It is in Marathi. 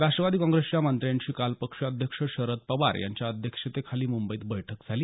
राष्ट्रवादी काँग्रेसच्या मंत्र्यांची काल पक्ष अध्यक्ष शरद पवार यांच्या अध्यक्षतेखाली मुंबईत बैठक झाली